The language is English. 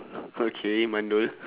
okay mandul